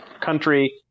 country